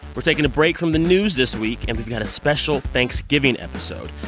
we're taking a break from the news this week, and we've got a special thanksgiving episode.